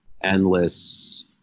endless